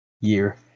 year